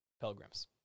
Pilgrims